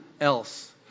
else